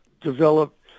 develop